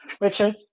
Richard